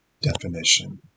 definition